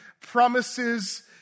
promises